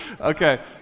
Okay